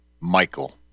Michael